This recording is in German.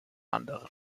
anderen